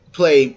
play